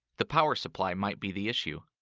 the power supply might be the issue.